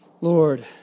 Lord